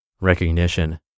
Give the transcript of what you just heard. recognition